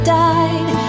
died